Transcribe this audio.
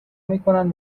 میکنن